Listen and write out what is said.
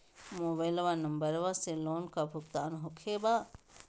Mobile number से loan का भुगतान होखे बा?